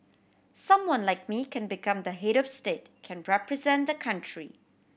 someone like me can become the head of state can represent the country